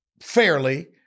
fairly